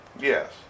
Yes